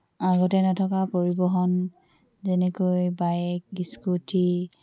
আগতে নথকা পৰিবহণ যেনেকৈ বাইক স্কুটি